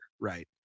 right